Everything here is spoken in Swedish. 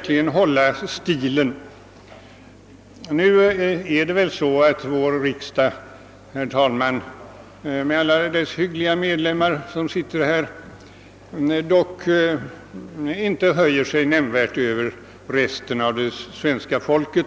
till att man håller stilen. Nu kan väl sägas att vår riksdag med alla dess hyggliga medlemmar inte höjer sig nämnvärt över resten av det svenska folket.